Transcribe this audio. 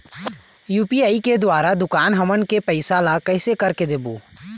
UPI के द्वारा दुकान हमन के पैसा ला कैसे कर के देबो?